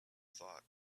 thought